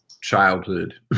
Childhood